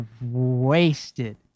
wasted